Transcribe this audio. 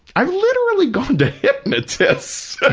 i've literally gone to hypnotists